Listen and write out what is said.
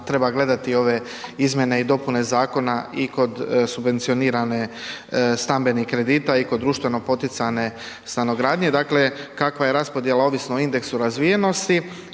treba gledati i ove izmjene i dopune zakona i kod subvencioniranih stambenih kredita i kod društveno poticane stanogradnje, dakle kakva je raspodjela ovisno o indeksu razvijanosti.